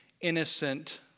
innocent